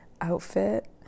outfit